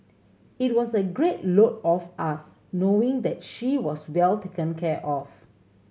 it was a great load off us knowing that she was well taken care of